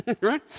right